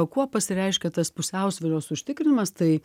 kuo pasireiškia tas pusiausvyros užtikrinimas tai